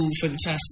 fantastic